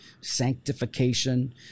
sanctification